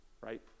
right